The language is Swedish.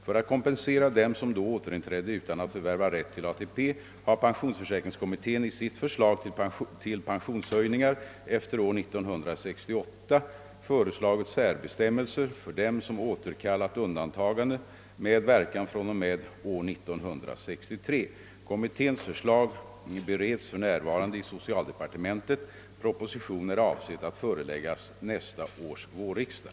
För att kompensera dem som då återinträdde utan att förvärva rätt till ATP har pensionsförsäkringskommittén i sitt förslag till pensionshöjningar efter år 1968 föreslagit särbestämmelser för dem som återkallat undantagande med verkan fr.o.m. år 1963. Kommitténs förslag bereds för närvarande i socialdepartementet. Proposition är avsedd att föreläggas nästa års vårriksdag.